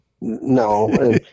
No